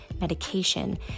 medication